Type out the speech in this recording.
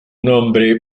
nombre